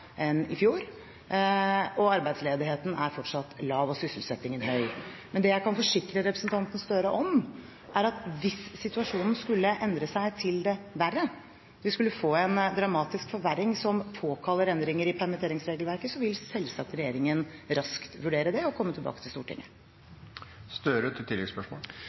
enn det var i fjor, og arbeidsledigheten er fortsatt lav og sysselsettingen høy. Men det jeg kan forsikre representanten Gahr Støre om, er at hvis situasjonen skulle endre seg til det verre, at vi skulle få en dramatisk forverring som påkaller endringer i permitteringsregelverket, vil selvsagt regjeringen raskt vurdere det og komme tilbake til Stortinget.